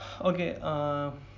Okay